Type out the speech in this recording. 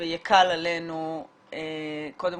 ויקל עלינו כאמור קודם